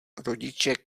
rodiče